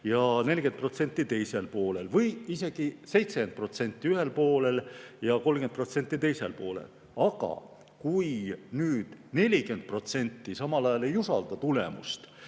ja 40% teisel poolel või isegi 70% ühel poolel ja 30% teisel poolel. Aga kui 40% samal ajal ei usalda tulemust,